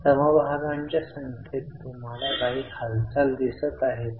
समभागांच्या संख्येत तुम्हाला काही हालचाल दिसते का